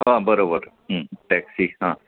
हा बरोबर टॅक्सी हां